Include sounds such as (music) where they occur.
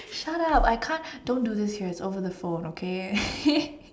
shut up I can't don't do this here over the phone okay (laughs)